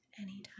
anytime